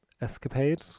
escapade